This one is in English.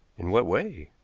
in what way?